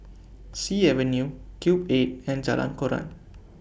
Sea Avenue Cube eight and Jalan Koran